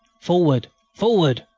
forward! forward!